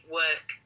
work